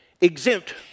exempt